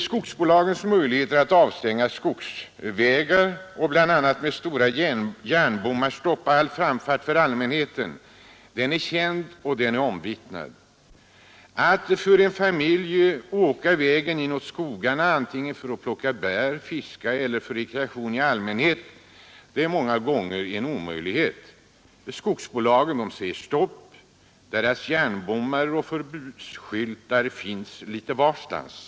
Skogsbolagens möjligheter att avstänga skogsvägar och bl.a. med stora järnbommar stoppa all framfart för allmänheten är kända och omvittnade. Det är ofta en omöjlighet för en familj att åka vägen inåt skogarna för att plocka bär, fiska eller få rekreation i allmänhet. Skogsbolagen säger stopp. Deras järnbommar och förbudsskyltar finns litet varstans.